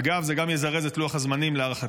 אגב, להערכתי, זה גם יזרז את לוח הזמנים במל"ל.